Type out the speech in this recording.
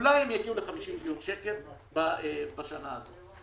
אולי יגיעו ל-50 מיליון שקל בשנה הזאת.